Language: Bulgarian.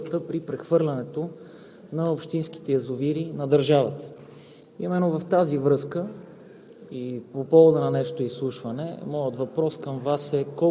който да изясни, прецизира и улесни процедурата при прехвърлянето на общинските язовири на държавата. Именно в тази връзка